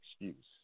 excuse